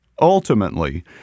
Ultimately